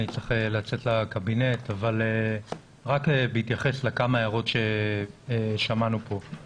אני צריך לצאת לקבינט אבל אתייחס לכמה הערות ששמענו כאן.